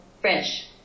French